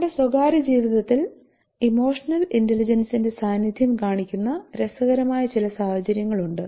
നമ്മുടെ സ്വകാര്യ ജീവിതത്തിൽ ഇമോഷനൽ ഇൻറ്റെലജൻസിന്റെ സാന്നിധ്യം കാണിക്കുന്ന രസകരമായ ചില സാഹചര്യങ്ങളുണ്ട്